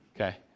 okay